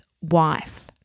wife